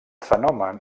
fenomen